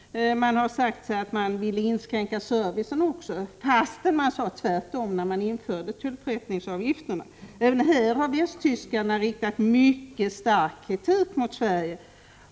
Man vill inskränka servicen också fastän man sade tvärtom när man införde tullförrättningsavgifterna. Även på den punkten har västtyskarna riktat mycket stark kritik mot Sverige.